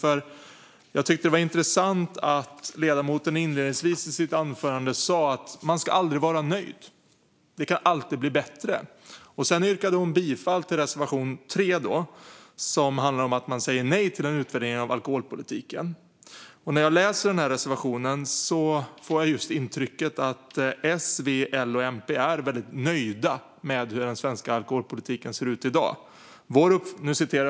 Jag tyckte att det var intressant att ledamoten inledningsvis i sitt anförande sa att man aldrig ska vara nöjd utan att det alltid kan bli bättre. Sedan yrkade hon bifall till reservation 3, som handlar om att man säger nej till en utvärdering av alkoholpolitiken. När jag läser reservationen får jag intrycket av att S, V, L och MP är just väldigt nöjda med hur den svenska alkoholpolitiken ser ut i dag. Fru talman!